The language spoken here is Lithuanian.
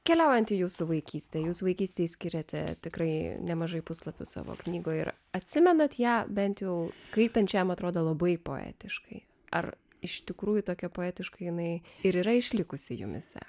keliaujant į jūsų vaikystę jūs vaikystėje skiriate tikrai nemažai puslapių savo knygoje ir atsimenate ją bent jau skaitančiam atrodo labai poetiškai ar iš tikrųjų tokia poetiška jinai ir yra išlikusi jumyse